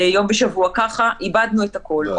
יום בשבוע ככה, איבדנו את הכול.